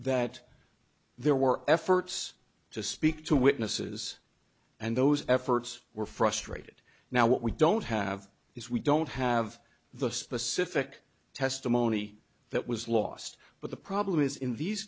that there were efforts to speak to witnesses and those efforts were frustrated now what we don't have is we don't have the specific testimony that was lost but the problem is in these